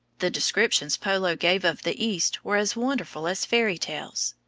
the descriptions polo gave of the east were as wonderful as fairy tales.